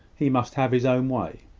he must have his own way.